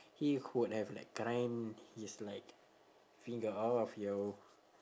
he would have like grind his like finger off yo